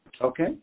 Okay